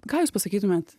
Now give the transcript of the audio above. ką jūs pasakytumėt